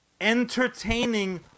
entertaining